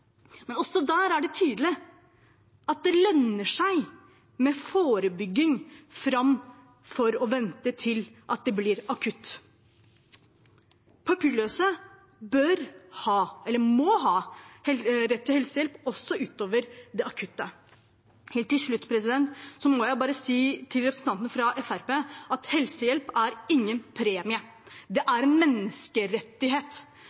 Men også der er det tydelig at det lønner seg med forebygging framfor å vente til at det blir akutt. Papirløse bør ha, eller må ha, rett til helsehjelp også utover det akutte. Helt til slutt må jeg bare si til representanten fra Fremskrittspartiet at helsehjelp er ingen premie, det